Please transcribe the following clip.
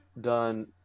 done